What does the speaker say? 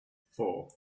four